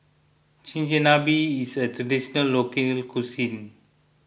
Chigenabe is a Traditional Local Cuisine